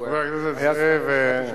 חבר הכנסת זאב,